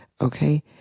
Okay